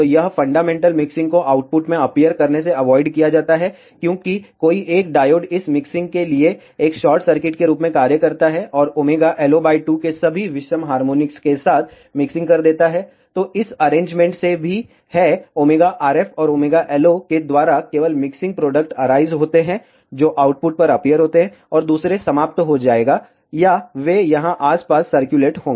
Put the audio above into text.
तो यह fundamental mixing को आउटपुट में अपीयर करने से अवॉइड किया जाता है क्योंकि कोई एक डायोड इस मिक्सिंग के लिए एक शॉर्ट सर्किट के रूप में कार्य करता है और ωLO 2 के सभी विषम हार्मोनिक्स के साथ मिक्सिंग कर देता है तोइस अरेंजमेंट से भी है ωRF और ωLO के द्वारा केवल मिक्सिंग प्रोडक्ट अराइज होते हैं जो आउटपुट पर अपीयर होते हैंऔर दूसरे समाप्त हो जाएगा या वे यहाँ आसपास सरक्यूलेट होंगे